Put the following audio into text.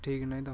ଠିକ୍ ନାହିଁ ତ